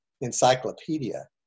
encyclopedia